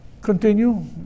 Continue